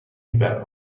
better